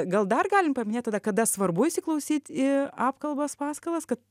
gal dar galim paminėt tada kada svarbu įsiklausyt į apkalbas paskalas kad